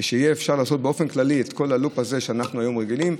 ושיהיה אפשר לעשות באופן כללי את כל הלופ הזה שאנחנו היום רגילים,